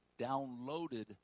downloaded